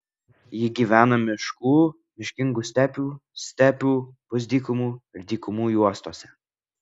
ji gyvena miškų miškingų stepių stepių pusdykumių ir dykumų juostose